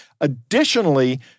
Additionally